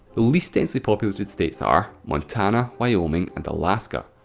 the least densely populated states are montana, wyoming, and alaska.